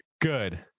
good